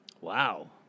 Wow